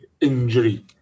injury